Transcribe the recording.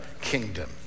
kingdom